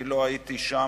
אני לא הייתי שם,